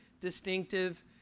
distinctive